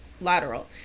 lateral